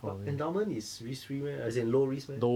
but endowment is risk free meh as in low risk meh